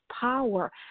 power